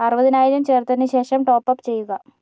അറുപതിനായിരം ചേർത്തതിന് ശേഷം ടോപ്പപ് ചെയ്യുക